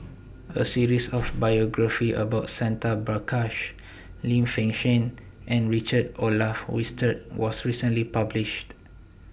A series of biographies about Santha Bhaskar Lim Fei Shen and Richard Olaf Winstedt was recently published